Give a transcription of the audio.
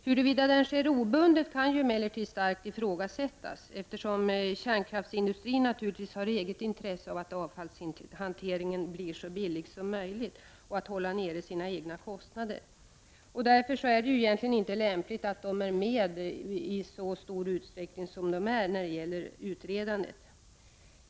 Huruvida den sker obundet kan emellertid starkt ifrågasättas, eftersom kärnkraftsindustrin naturligtvis har ett intresse av att avfallshanteringen blir så billig som möjligt och att de egna kostnaderna kan hållas nere. Därför är det egentligen inte lämpligt att kärnkraftsindustrin är med i utredandet i så stor utsträckning som är fallet.